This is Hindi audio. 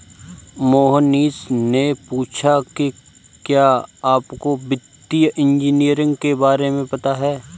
मोहनीश ने पूछा कि क्या आपको वित्तीय इंजीनियरिंग के बारे में पता है?